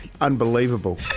Unbelievable